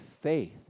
faith